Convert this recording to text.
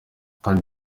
kandi